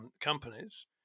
companies